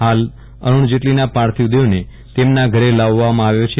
હાલ અરુણ જેટલીના પાર્થિવ દેહને તેમના ઘરે લાવવામાં આવ્યો છે